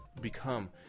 become